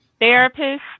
therapist